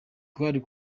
twari